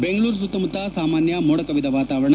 ಬೆಂಗಳೂರು ಸುತ್ತಮುತ್ತ ಸಾಮಾನ್ಯ ಮೋಡ ಕವಿದ ವಾತಾವರಣ